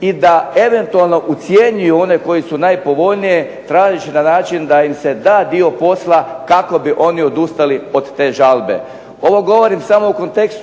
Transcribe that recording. i da eventualno ucjenjuju one koji su najpovoljniji tražeći na način da im se da dio posla kako bi oni odustali od te žalbe. Ovo govorim samo u kontekst